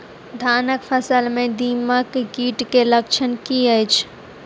धानक फसल मे दीमक कीट केँ लक्षण की अछि?